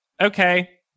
okay